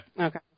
Okay